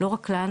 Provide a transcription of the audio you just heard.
לא רק לנו.